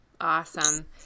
Awesome